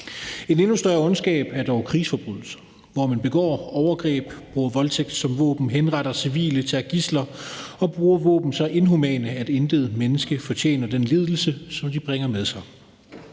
En endnu større ondskab er dog krigsforbrydelser, hvor man begår overgreb, bruger voldtægt som våben, henretter civile, tager gidsler og bruger våben så inhumane, at intet menneske fortjener den lidelse, som de bringer med sig.